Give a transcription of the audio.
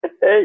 Hey